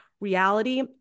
reality